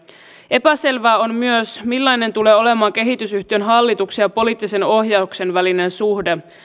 epäselvää on myös millainen tulee olemaan kehitysyhtiön hallituksen ja poliittisen ohjauksen välinen suhde